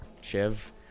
chev